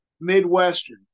Midwestern